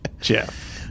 Jeff